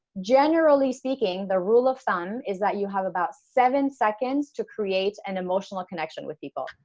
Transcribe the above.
generally speaking, the rule of thumb is that you have about seven seconds to create an emotional connection with people.